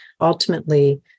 Ultimately